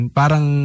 parang